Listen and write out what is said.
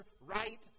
right